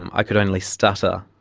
i could only stutter,